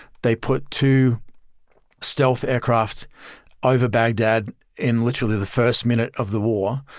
they put two stealth aircraft over baghdad in literally the first minute of the war.